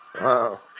Wow